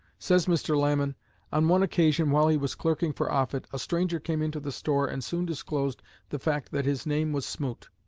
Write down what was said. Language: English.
says mr. lamon on one occasion while he was clerking for offutt a stranger came into the store and soon disclosed the fact that his name was smoot.